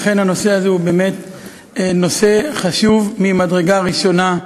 אכן הנושא הזה הוא באמת נושא חשוב ממדרגה ראשונה.